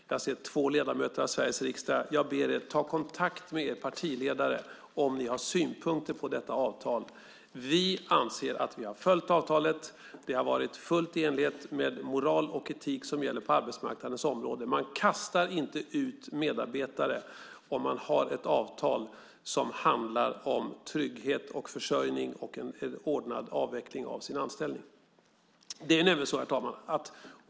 Jag ser två ledamöter av Sveriges riksdag. Jag ber er: Ta kontakt med er partiledare om ni har synpunkter på detta avtal! Vi anser att vi har följt avtalet. Det har varit fullt i enlighet med den moral och etik som gäller på arbetsmarknaden. Man kastar inte ut medarbetare om man har ett avtal som handlar om trygghet, försörjning och en ordnad avveckling av anställningen. Herr talman!